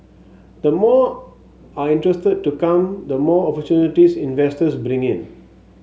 the more are interested to come the more opportunities investors bring in